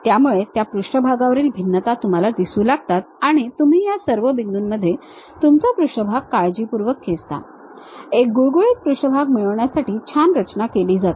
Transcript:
त्यामुळे त्या पृष्ठभागावरील भिन्नता तुम्हाला दिसू लागतात आणि तुम्ही या सर्व बिंदूंमध्ये तुमचा पृष्ठभाग काळजीपूर्वक खेचता एक गुळगुळीत पृष्ठभाग मिळवण्यासाठी छान रचना केली जाते